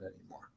anymore